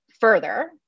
further